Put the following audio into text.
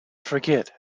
forget